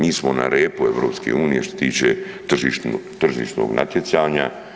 Mi smo na repu EU što se tiče tržišnog natjecanja.